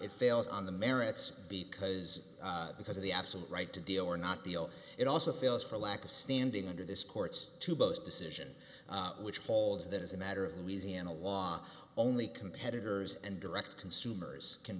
it fails on the merits because because of the absolute right to deal or not deal it also feels for lack of standing under this court's to boast decision which holds that as a matter of louisiana law only competitors and direct consumers can